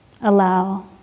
Allow